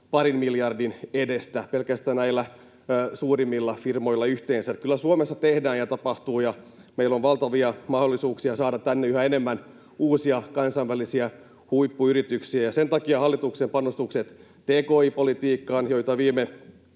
parin miljardin edestä pelkästään näillä suurimmilla firmoilla. Eli kyllä Suomessa tehdään ja tapahtuu, ja meillä on valtavia mahdollisuuksia saada tänne yhä enemmän uusia kansainvälisiä huippuyrityksiä. Sen takia hallituksen panostukset tki-politiikkaan, joita viime